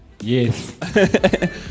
yes